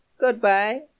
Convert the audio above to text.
Goodbye